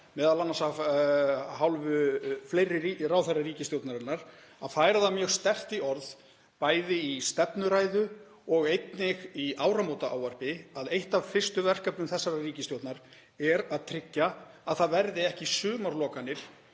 forsætisráðherra og fleiri ráðherra ríkisstjórnarinnar, að færa það mjög sterkt í orð bæði í stefnuræðu og einnig í áramótaávarpi að eitt af fyrstu verkefnum þessarar ríkisstjórnar er að tryggja að það verði ekki sumarlokanir